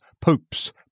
popes